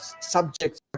subjects